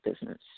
business